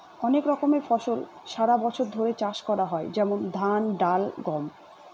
অনেক রকমের ফসল সারা বছর ধরে চাষ করা হয় যেমন ধান, ডাল, গম